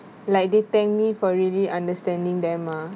like they thank me for really understanding them ah